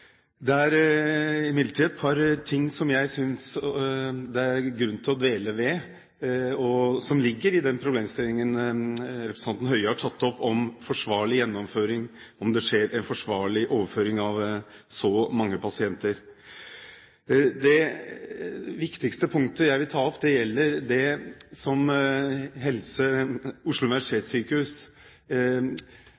imidlertid et par ting som jeg synes det er grunn til å dvele ved, og som ligger i den problemstillingen representanten Høie har tatt opp om forsvarlig gjennomføring, om det skjer en forsvarlig overføring av så mange pasienter. Det viktigste punktet jeg vil ta opp, gjelder det som Oslo